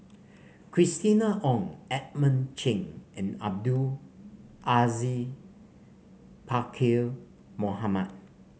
Christina Ong Edmund Cheng and Abdul Aziz Pakkeer Mohamed